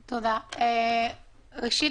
ראשית,